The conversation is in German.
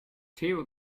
theo